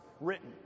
written